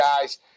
guys